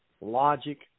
logic